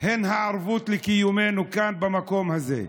הן הערבות לקיומנו כאן במקום הזה.